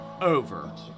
over